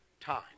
time